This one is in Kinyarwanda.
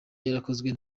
yarakozwe